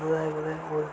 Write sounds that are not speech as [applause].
[unintelligible]